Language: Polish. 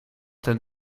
ten